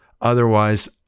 otherwise